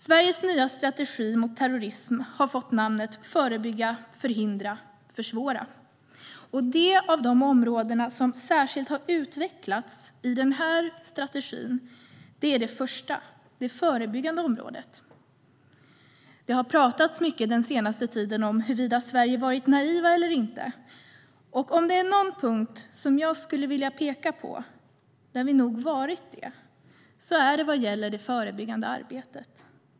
Sveriges nya strategi mot terrorism har fått namnet Förebygga, för hindra och försvåra . Det område som särskilt utvecklats i den här strategin är det första, det förebyggande området. Det har pratats mycket den senaste tiden om huruvida Sverige har varit naivt eller inte. Om jag skulle vilja peka särskilt på någon punkt där vi varit det är det när det gäller det förebyggande arbetet.